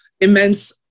immense